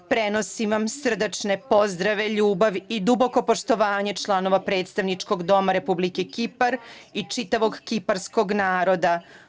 Prenosim vam srdačne pozdrave, ljubav i duboko poštovanje članova Predstavničkog doma Republike Kipar i čitavog kiparskog naroda.